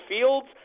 Fields